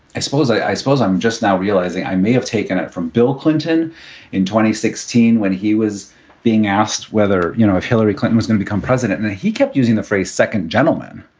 i suppose i suppose i'm just now realizing i may have taken it from bill clinton in twenty sixteen when he was being asked whether you know if hillary clinton is going to become president and he kept using the phrase second gentleman